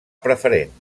preferent